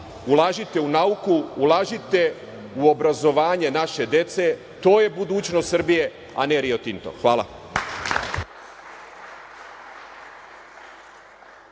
Ulažite u nauku, ulažite u obrazovanje naše dece. To je budućnost Srbije, a ne Rio Tinto. Hvala.